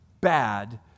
bad